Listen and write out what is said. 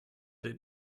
did